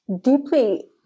deeply